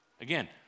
Again